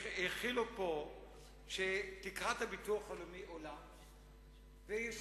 שצריכים היו היום